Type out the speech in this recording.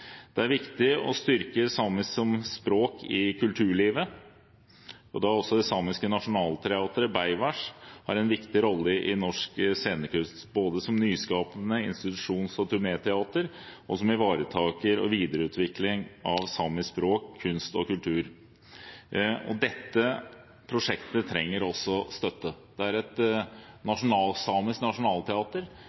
Det er viktig å styrke samisk som språk i kulturlivet, og da har også det samiske nasjonalteatret Beaivváš en viktig rolle i norsk scenekunst, både som nyskapende institusjons- og turnéteater og som ivaretaker og videreutvikler av samisk språk, kunst og kultur. Dette prosjektet trenger også støtte. Det er et samisk nasjonalteater